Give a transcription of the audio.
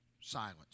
silence